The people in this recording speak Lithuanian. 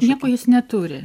nieko jis neturi